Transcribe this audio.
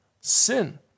sin